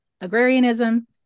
agrarianism